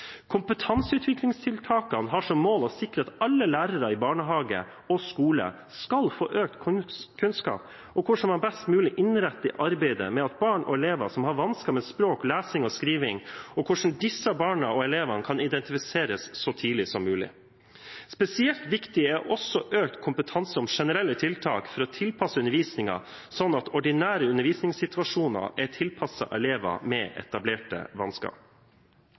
Kompetanseutviklingstiltakene har som mål å sikre at alle lærere i barnehage og skole skal få økt kunnskap om hvordan man best innretter arbeidet med barn og elever som har vansker med språk, lesing og skriving og hvordan disse barna og elevene kan identifiseres så tidlig som mulig. Spesielt viktig er også økt kompetanse om generelle tiltak for å tilpasse undervisningen sånn at ordinære undervisningssituasjoner er tilpasset elever med etablerte